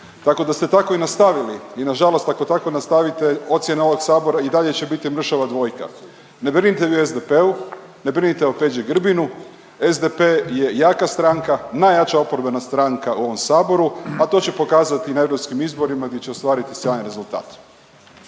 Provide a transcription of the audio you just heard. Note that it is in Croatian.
Tako da ste tako i nastavili. I na žalost ako tako nastavite ocjena ovog Sabora i dalje će biti mršava dvojka. Ne brinite vi o SDP-u, ne brinite o Peđi Grbinu. SDP je jaka stranka, najjača oporbena stranka u ovom Saboru, a to će pokazati i na europskim izborima gdje će ostvariti sjajan rezultat.